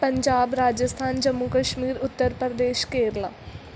Punjab Rajasthan Jammu Kashmir Uttar Pradesh Kerala